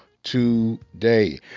today